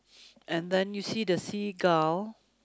and then you see the seagull